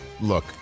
Look